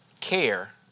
Care